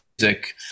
music